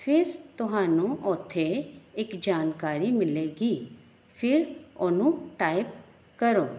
ਫਿਰ ਤੁਹਾਨੂੰ ਉੱਥੇ ਇੱਕ ਜਾਣਕਾਰੀ ਮਿਲੇਗੀ ਫਿਰ ਉਹਨੂੰ ਟਾਈਪ ਕਰੋ